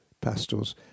pastels